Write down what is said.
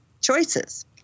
choices